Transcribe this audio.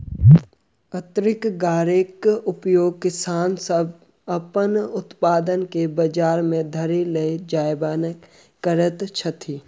अन्न गाड़ीक उपयोग किसान सभ अपन उत्पाद के बजार धरि ल जायबामे करैत छथि